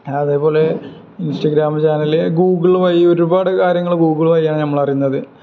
അതേ പോലെ Instagram channel Google വഴി ഒരുപാട് കാര്യങ്ങൾ ഗൂഗിൾ വഴിയാണ് നമ്മൾ അറിയുന്നത്